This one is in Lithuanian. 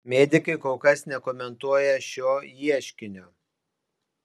medikai kol kas nekomentuoja šio ieškinio